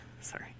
sorry